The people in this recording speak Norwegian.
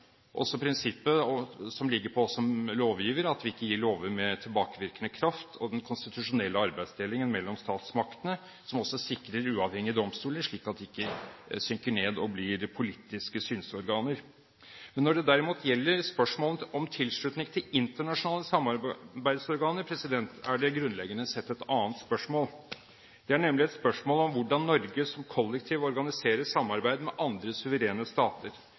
også prinsippet som ligger på oss som lovgivere, om at vi ikke gir lover med tilbakevirkende kraft, og den konstitusjonelle arbeidsdelingen mellom statsmaktene, som også sikrer uavhengige domstoler, slik at de ikke synker ned og blir politiske synseorganer. Når det derimot gjelder spørsmålet om tilslutning til internasjonale samarbeidsorganer, er det grunnleggende sett et annet spørsmål. Det er nemlig et spørsmål om hvordan Norge som kollektiv organiserer samarbeid med andre suverene stater.